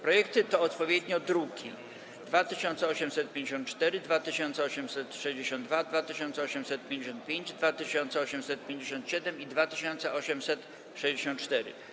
Projekty to odpowiednio druki nr 2854, 2862, 2855, 2857 i 2864.